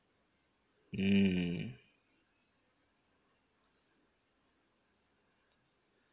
mm